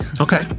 Okay